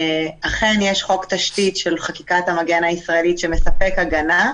אכן יש חוק תשתית של חקיקת המגן הישראלית שמספק הגנה,